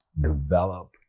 develop